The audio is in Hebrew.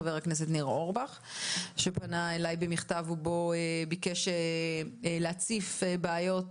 חבר הכנסת ניר אורבך שפנה אליי במכתב ובו ביקש להציף בעיות